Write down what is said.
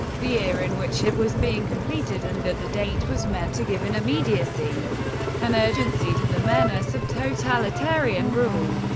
the year in which it was being completed, and that the date was meant to give an immediacy and urgency to the menace of totalitarian rule.